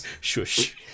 Shush